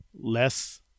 Less